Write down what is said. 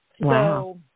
Wow